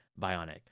Bionic